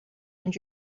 and